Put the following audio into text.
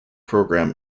program